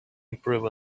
improve